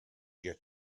get